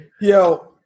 Yo